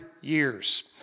years